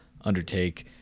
undertake